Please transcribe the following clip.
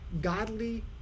godly